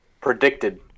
predicted